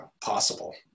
possible